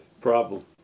problem